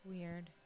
Weird